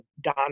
Don